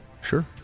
Sure